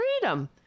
freedom